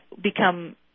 become